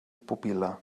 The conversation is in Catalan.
pupil·la